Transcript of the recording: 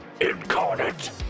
incarnate